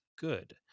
good